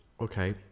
Okay